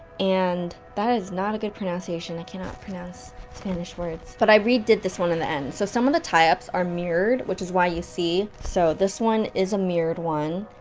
and that is not good pronunciation i cannot pronounce. spanish words but i redid this one in the end. so some of the tie ups are mirrored, which is why you see so this one is a mirrored one,